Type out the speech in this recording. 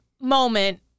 moment